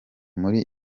muri